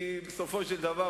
כי בסופו של דבר,